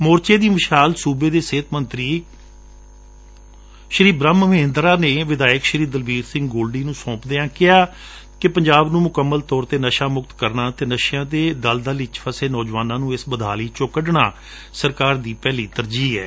ਮੋਰਚੇ ਦੀ ਮਸ਼ਾਲ ਸੁਬੇ ਦੇ ਸਿਹਤ ਮੰਤਰੀ ਬੂਹਮ ਮਹਿੰਦਰਾ ਨੇ ਵਿਧਾਇਕ ਦਲਵੀਰ ਸਿੰਘ ਗੋਲਡੀ ਨੂੰ ਸੌਪਦਿਆਂ ਕਿਹਾ ਕਿ ਪੰਜਾਬ ਨੂੰ ਮੁਕੰਮਲ ਤੌਰ ਤੇ ਨਸ਼ਾ ਮੁਕਤ ਕਰਨਾ ਅਤੇ ਨਸ਼ਿਆਂ ਦੇ ਦਲ ਦਲ ਵਿਚ ਫਸੇ ਨੌਜਵਾਨਾਂ ਨੂੰ ਇਸ ਬਦਹਾਲੀ ਵਿਚੋ ਕੱਢਣਾ ਸਰਕਾਰ ਦੀ ਪਹਿਲੀ ਤਰਜੀਹ ਏ